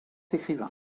écrivain